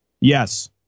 Yes